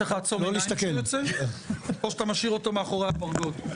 צריך לעצום עיניים כשהוא יוצא או שאתה משאיר אותו מאחורי הפרגוד?